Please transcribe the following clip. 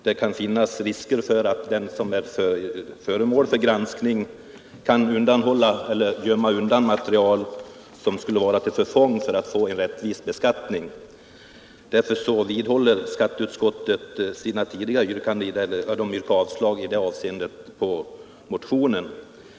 Det kan finnas risk för att den som blir föremål för granskning kan undanhålla eller gömma undan material som skulle behövas för att få en rättvis beskattning. Därför vidhåller skatteutskottet sitt yrkande om avslag på motionen i detta avseende.